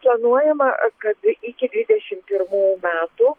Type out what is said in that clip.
planuojama kad iki dvidešim pirmų metų